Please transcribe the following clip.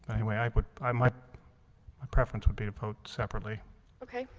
anyway, i would i might my preference would be to vote separately okay,